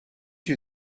you